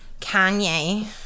Kanye